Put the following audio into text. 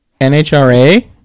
NHRA